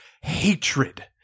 hatred